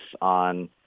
on